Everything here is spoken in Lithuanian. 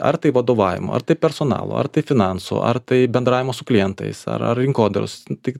ar tai vadovavimo ar tai personalo ar tai finansų ar tai bendravimo su klientais ar ar rinkodaros tai